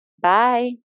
Bye